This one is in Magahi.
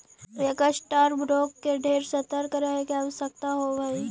एक स्टॉक ब्रोकर के ढेर सतर्क रहे के आवश्यकता होब हई